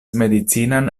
medicinan